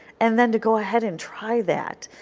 and then to go ahead and try that.